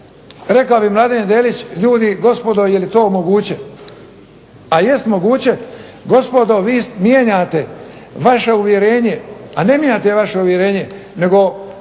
Rekao bi Mladen Delić "Ljudi, gospodo je li to moguće!" a jest moguće gospodo. Vi mijenjate vaše uvjerenje, a ne mijenjate vaše uvjerenje nego